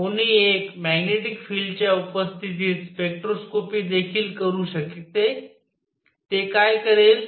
कोणी एक magnetic field च्या उपस्थितीत स्पेक्ट्रोस्कोपी देखील करू शकते ते काय करेल